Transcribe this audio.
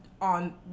on